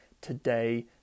today